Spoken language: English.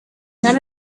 none